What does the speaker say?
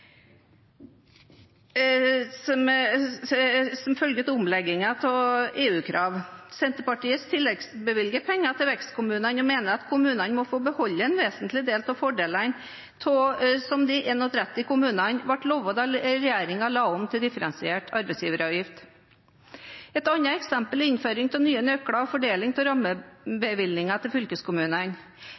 arbeidsgiveravgift som følge av omleggingen på grunn av EU-krav. Senterpartiets tilleggsbevilger pengene til vekstkommunene og mener at kommunene må få beholde en vesentlig del av fordelene som de 31 kommunene ble lovet da regjeringen la om den differensierte arbeidsgiveravgiften. Et annet eksempel er innføring av nye nøkler i fordeling i rammebevilgningen til fylkeskommunene.